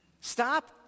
Stop